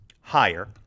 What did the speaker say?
higher